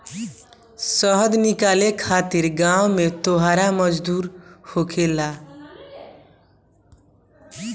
शहद निकाले खातिर गांव में तुरहा मजदूर होखेलेन